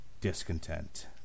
discontent